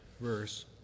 verse